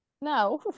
No